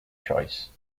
choice